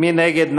מי נגד?